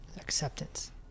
acceptance